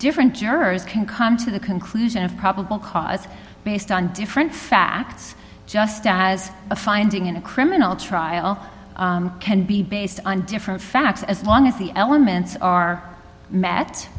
ferent jurors can come to the conclusion of probable cause based on different facts just as a finding in a criminal trial can be based on different facts as long as the elements are met